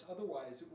Otherwise